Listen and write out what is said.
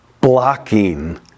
blocking